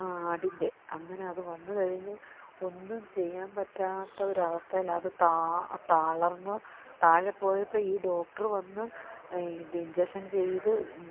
ആ ആടിൻ്റെ അങ്ങനെ അത് വന്ന് കഴിഞ്ഞ് ഒന്നും പെയ്യാൻ പറ്റാത്ത ഒരവസ്ഥയില് അത് തളർന്ന് താഴെ പോയപ്പോള് ഈ ഡോക്ട്ര് വന്ന് ഇഞ്ചഷൻ ചെയ്ത്